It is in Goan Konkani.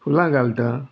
फुलां घालता